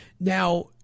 Now